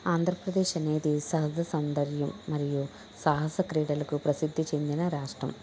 ఆంధ్రప్రదేశ్ అనేది సహజ సౌందర్యం మరియు సాహస క్రీడలకు ప్రసిద్ధి చెందిన రాష్ట్రం